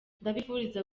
ndabifuriza